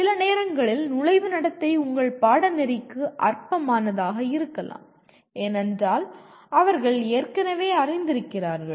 சில நேரங்களில் நுழைவு நடத்தை உங்கள் பாடநெறிக்கு அற்பமானதாக இருக்கலாம் ஏனென்றால் அவர்கள் ஏற்கனவே அறிந்திருக்கிறார்கள்